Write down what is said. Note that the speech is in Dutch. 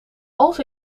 als